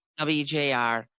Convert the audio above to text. WJR